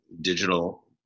digital